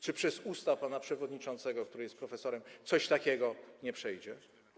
Czy przez usta pana przewodniczącego, który jest profesorem, coś takiego nie przejdzie?